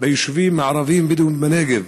ביישובים הערביים-בדואיים בנגב?